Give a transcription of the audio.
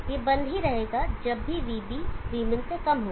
यह बंद ही रहेगा जब भी vB vmin से कम होगा